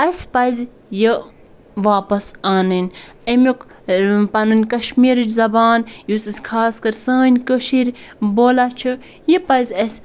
اَسہِ پَزِ یہِ واپَس اَنٕنۍ اَمیُک پَنٕنۍ کَشمیٖرٕچ زَبان یُس اَسہِ خاص کر سٲنۍ کٔشیٖرِ بولان چھِ یہِ پَزِ اَسہِ